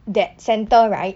that centre right